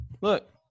Look